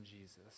Jesus